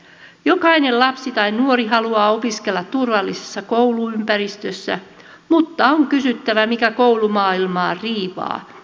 jokainen lapsi ja nuori haluaa opiskella turvallisessa kouluympäristössä mutta on kysyttävä mikä koulumaailmaa riivaa